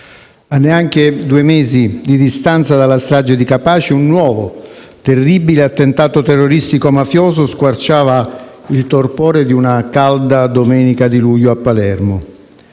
A neanche due mesi di distanza dalla strage di Capaci, un nuovo terribile attentato terroristico mafioso squarciava il torpore di una calda domenica di luglio a Palermo